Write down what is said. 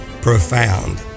profound